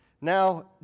Now